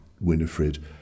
Winifred